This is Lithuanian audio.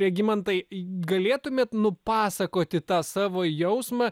regimantai galėtumėt nupasakoti tą savo jausmą